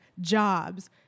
jobs